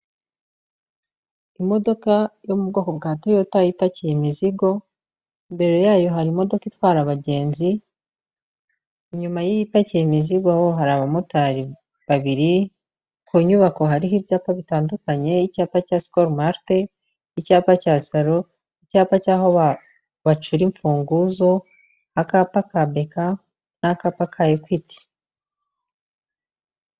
Imodoka yo mu bwoko bwa Toyota ipakiye imizigo, imbere yayo hari imodoka itwara abagenzi, inyuma y'iyi ipakiye imizigo ho hari abamotari babiri, ku nyubako hariho ibyapa bitandukanye, icyapa cya sikoro marite, icyapa cya saro, icyapa cyaho bacura imfunguzo, akapa ka beka n'akapa ka ekwiti.